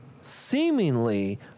seemingly